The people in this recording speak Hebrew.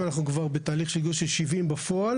אנחנו כבר בתהליך של גיוס של 70 בפועל.